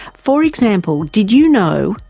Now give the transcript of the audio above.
for example, did you know?